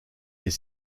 est